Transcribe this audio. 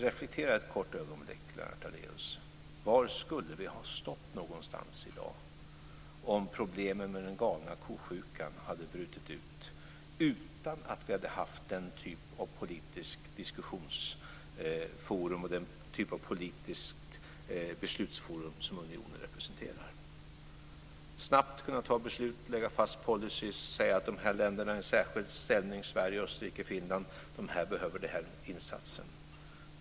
Reflektera ett kort ögonblick, Lennart Daléus: Var skulle vi ha stått i dag om problemen med galna kosjukan hade brutit ut utan att vi hade haft den typ av politiskt diskussionsforum och politiskt beslutsforum som unionen representerar? Man har snabbt kunnat ta beslut, lägga fast en policy och säga att Sverige, Finland och Österrike har en särskild ställning och att andra länder behöver en insats.